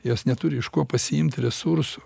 jos neturi iš ko pasiimti resursų